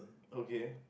okay